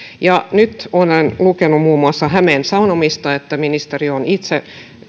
nyt olen lukenut muun muassa hämeen sanomista että ministeri on itse